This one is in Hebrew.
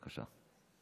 בבקשה.